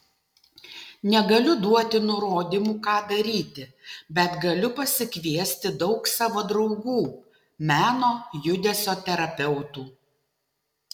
negaliu duoti nurodymų ką daryti bet galiu pasikviesti daug savo draugų meno judesio terapeutų